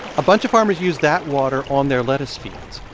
a bunch of farmers use that water on their lettuce fields.